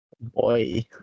Boy